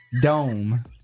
Dome